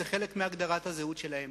זה חלק מהגדרת הזהות שלהם.